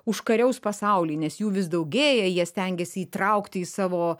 užkariaus pasaulį nes jų vis daugėja jie stengiasi įtraukti į savo